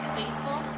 faithful